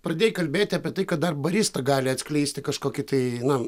pradėjai kalbėti apie tai kad dar barista gali atskleisti kažkokį tai na